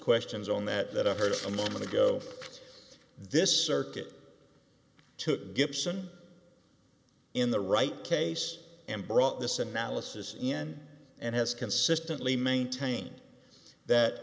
questions on that that i heard a moment ago this circuit took gibson in the right case and brought this analysis in and has consistently maintained that